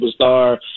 superstar